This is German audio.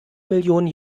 millionen